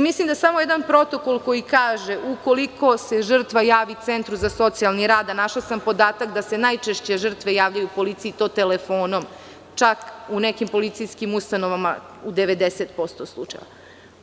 Mislim da samo jedan protokol koji kaže – ukoliko se žrtva javi centru za socijalni rad, a našla sam podatak da se najčešće žrtve javljaju policiji telefonom, čak u nekim policijskim ustanovama, u 90% slučajeva,